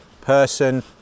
person